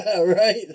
Right